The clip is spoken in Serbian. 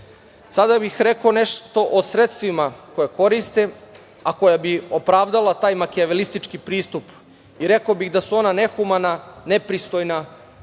bih rekao nešto o sredstvima koja koriste, a koja bi opravdala taj makijavelistički pristup. Rekao bih da su ona nehumana, nepristojna